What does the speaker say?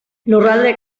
lurralde